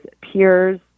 peers